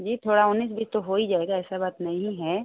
जी थोड़ा उन्नीस बीस तो हो ही जाएगा ऐसा बात नहीं है